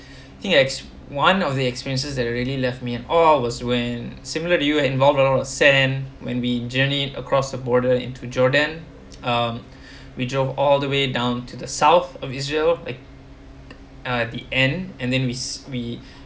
think as one of the experiences that are really left me in awe was when similar to you involved around sand when we journey across the border into jordan um we drove all the way down to the south of israel uh the end and then we we